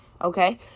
okay